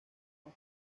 más